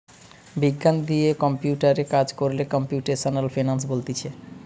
বিজ্ঞান দিয়ে কম্পিউটারে কাজ কোরলে কম্পিউটেশনাল ফিনান্স বলতিছে